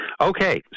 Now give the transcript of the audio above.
Okay